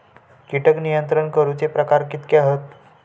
कीटक नियंत्रण करूचे प्रकार कितके हत?